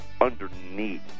underneath